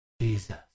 Jesus